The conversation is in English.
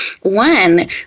one